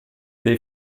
dei